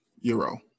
euro